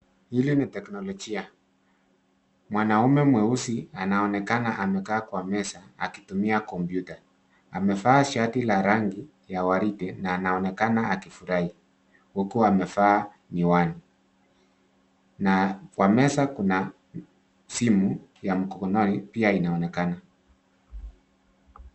Hili ni teknolojia. Mwanaume mweusi anaonekana amekaa kwa meza akitumia kompyuta. Amevaa shati la rangi ya waridi na anaonekana akifurahi huku amevaa miwani na kwa meza kuna simu ya mkononi pia inaonekana.